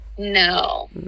No